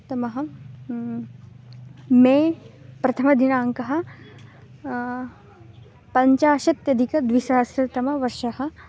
तमः मे प्रथमदिनाङ्कः पञ्चाशत् अधिकद्विसहस्रतमं वर्षम्